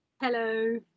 Hello